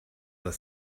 the